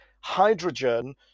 hydrogen